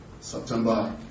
September